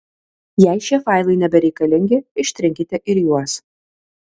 jei šie failai nebereikalingi ištrinkite ir juos